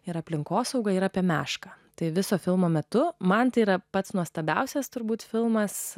ir aplinkosauga ir apie mešką tai viso filmo metu man tai yra pats nuostabiausias turbūt filmas